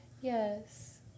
yes